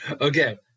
Okay